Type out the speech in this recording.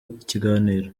ikiganiro